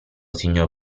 signor